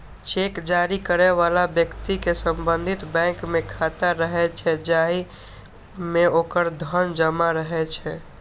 cheque जारी करै बला व्यक्ति के संबंधित बैंक मे खाता रहै छै, जाहि मे ओकर धन जमा रहै छै